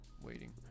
waiting